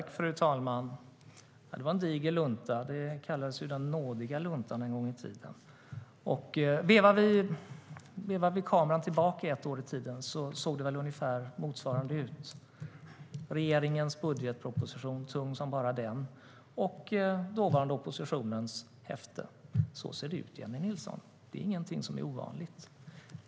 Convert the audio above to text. Fru talman! Det var en diger lunta. Den kallades den nådiga luntan en gång i tiden. Vevar vi tillbaka filmen ett år i tiden såg det ungefär likadant ut. Vi hade regeringens budgetproposition, tung som bara den, och dåvarande oppositionens häfte. Så ser det ut, Jennie Nilsson. Det är inget ovanligt.